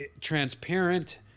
transparent